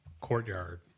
courtyard